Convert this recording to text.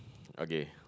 okay